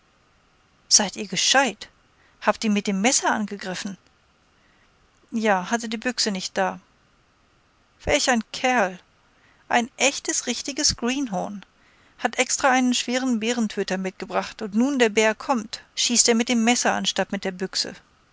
seid ihr gescheit habt ihn mit dem messer angegriffen ja hatte die büchse nicht da welch ein kerl ein echtes richtiges greenhorn hat extra einen schweren bärentöter mitgebracht und nun der bär kommt schießt er mit dem messer anstatt mit der büchse